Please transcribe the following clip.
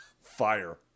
fire